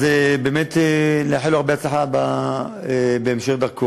אז באמת נאחל לו הרבה הצלחה בהמשך דרכו.